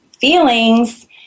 feelings